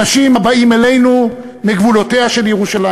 אנשים הבאים אלינו מגבולותיה של ירושלים.